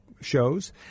shows